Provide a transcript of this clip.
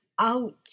out